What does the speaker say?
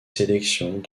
sélections